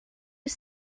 his